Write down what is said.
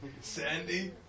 Sandy